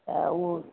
तऽ ओ